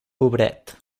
pobret